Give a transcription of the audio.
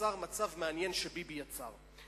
נוצר מצב מעניין שביבי יצר,